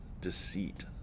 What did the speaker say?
deceit